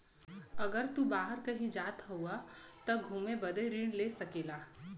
अगर तू बाहर कही जात हउआ त घुमे बदे ऋण ले सकेला